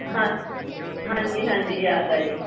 ਹਾਂ ਹਾਂਜੀ ਹਾਂਜੀ ਯਾਦ ਆ ਜੀ